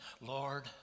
Lord